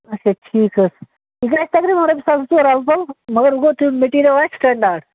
اچھا ٹھیٖک حظ یہِ گَژھِ تقریباً رۄپیہ ساس زم ساس الپل مگر ونۍ گوٚو میٚٹیٖریل آسہِ سٹنڈارڈ